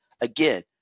Again